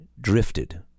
drifted